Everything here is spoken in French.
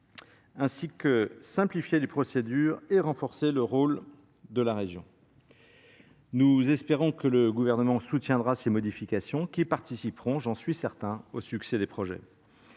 et renforcer les procédures et renforcer le rôle de la région Nous espérons que le gouvernement soutiendra ces modifications qui participeront, j'en suis certain, au succès des projets,